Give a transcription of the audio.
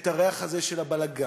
את הריח הזה של הבלגן,